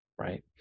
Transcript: right